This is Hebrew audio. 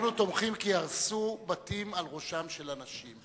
אנחנו תומכים כי הרסו בתים על ראשם של אנשים.